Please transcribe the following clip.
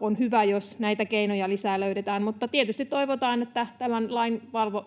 on hyvä, jos näitä keinoja löydetään lisää. Mutta tietysti toivotaan, että sitten suoritetaan tämän lain